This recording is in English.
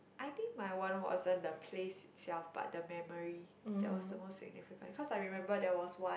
I think my one wasn't the place itself but the memory that was the most significant because I remember there was one